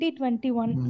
2021